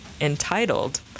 entitled